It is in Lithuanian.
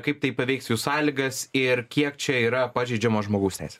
kaip tai paveiks jų sąlygas ir kiek čia yra pažeidžiamos žmogaus teisės